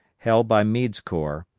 held by meade's corps,